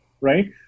right